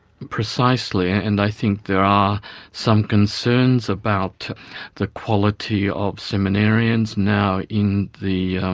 precisely. and i think there are some concerns about the quality of seminarians now in the